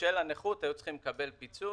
ובשל הנכות היו צריכים לקבל פיצוי,